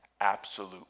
absolute